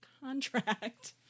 contract